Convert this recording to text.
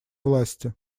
власти